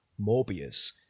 Morbius